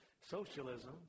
socialism